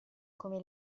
come